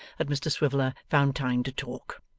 that mr swiveller found time to talk.